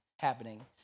happening